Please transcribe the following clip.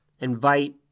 invite